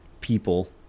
people